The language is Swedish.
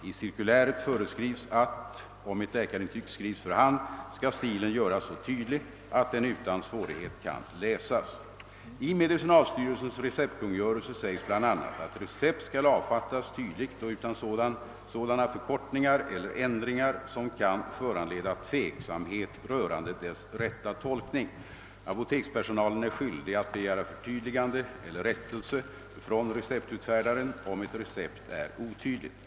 I cirkuläret föreskrivs att, om ett läkarintyg skrivs för hand, skall stilen göras så tydlig, att den utan svårighet kan läsas. I medicinalstyrelsens receptkungörelse sägs bl.a., att recept skall avfattas tydligt och utan sådana förkortningar eller ändringar som kan föranleda tveksamhet rörande dess rätta tolkning. Apotekspersonalen är skyldig att begära förtydligande eller rättelse från receptutfärdaren om ett recept är otydligt.